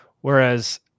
Whereas